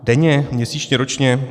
Denně, měsíčně, ročně?